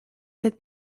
cette